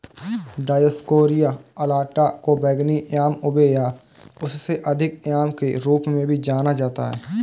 Dioscorea alata को बैंगनी yam ube या उससे अधिक याम के रूप में भी जाना जाता है